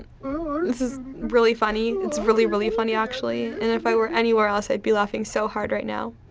um. this is really funny. it's really, really funny actually. and if i were anywhere else, i'd be laughing so hard right now.